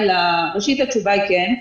ראשית, התשובה היא כן.